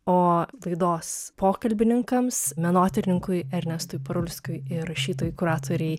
o laidos pokalbininkams menotyrininkui ernestui parulskiui ir rašytojai kuratorei